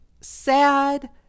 sad